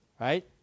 right